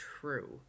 true